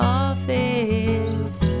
office